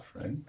right